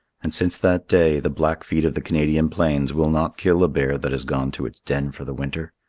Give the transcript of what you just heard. and since that day the blackfeet of the canadian plains will not kill a bear that has gone to its den for the winter.